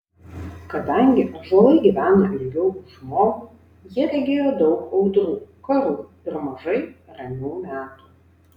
kadangi ąžuolai gyveno ilgiau už žmogų jie regėjo daug audrų karų ir mažai ramių metų